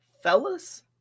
fellas